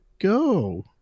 go